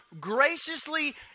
graciously